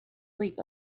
sleep